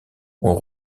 ont